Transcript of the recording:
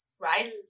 right